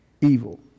evil